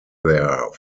there